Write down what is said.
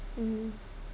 uh